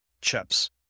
chips